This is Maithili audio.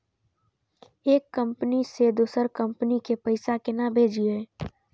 एक कंपनी से दोसर कंपनी के पैसा केना भेजये?